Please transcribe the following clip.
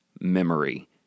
memory